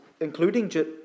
including